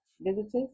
visitors